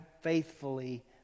faithfully